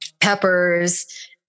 peppers